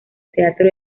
teatro